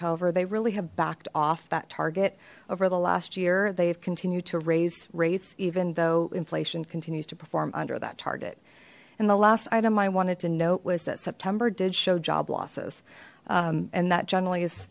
however they really have backed off that target over the last year they've continued to raise rates even though inflation continues to perform under that target and the last item i wanted to note was that september did show job losses and that generally i